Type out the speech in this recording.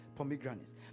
pomegranates